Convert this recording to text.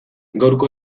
gaurko